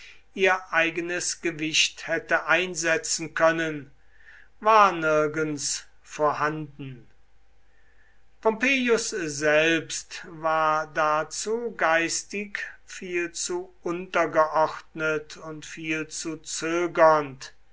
ihr eigenes gewicht hätte einsetzen können war nirgends vorhanden pompeius selbst war dazu geistig viel zu untergeordnet und viel zu zögernd